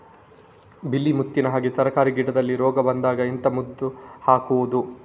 ಬಿಳಿ ಮುತ್ತಿನ ಹಾಗೆ ತರ್ಕಾರಿ ಗಿಡದಲ್ಲಿ ರೋಗ ಬಂದಾಗ ಎಂತ ಮದ್ದು ಹಾಕುವುದು?